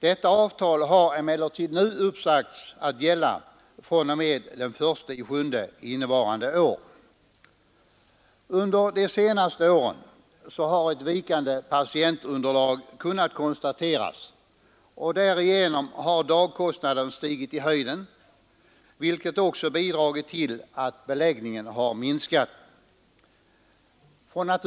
Detta avtal har emellertid nu uppsagts att gälla fr.o.m. den 1 juli innevarande år. Under de senaste åren har ett vikande patientunderlag kunnat konstateras, och dagkostnaden har därför stigit i höjden, vilket bidragit till att beläggningen har minskat.